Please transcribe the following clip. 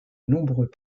nombreux